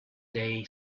day